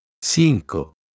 Cinco